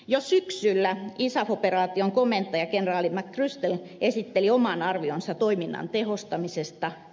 jo syksyllä isaf operaation komentaja kenraali mcchrystal esitteli oman arvionsa toiminnan tehostamisesta